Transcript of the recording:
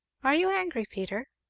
are you angry, peter?